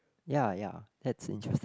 ya ya that's interesting